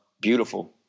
beautiful